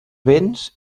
béns